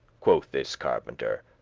quoth this carpenter,